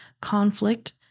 conflict